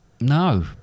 No